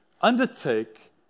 undertake